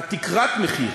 תקרת המחיר